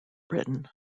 britain